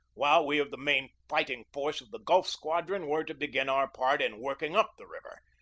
while we of the main fighting force of the gulf squad ron were to begin our part in working up the river,